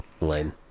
Lame